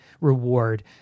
reward